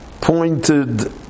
pointed